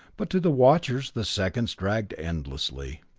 but to the watchers the seconds dragged endlessly.